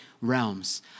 realms